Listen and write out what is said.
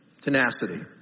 Tenacity